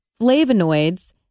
flavonoids